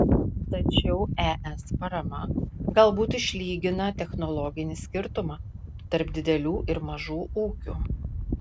tačiau es parama galbūt išlygina technologinį skirtumą tarp didelių ir mažų ūkių